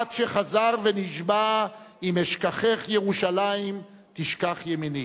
עד שחזר ונשבע: "אם אשכחך ירושלים תשכח ימיני".